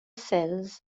cells